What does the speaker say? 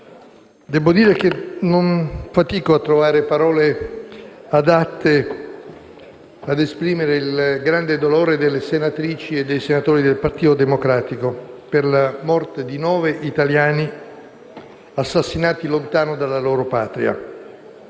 debbo dire che fatico a trovare parole adatte ad esprimere il grande dolore delle senatrici e dei senatori del Partito Democratico per la morte di nove italiani assassinati lontano dalla loro Patria.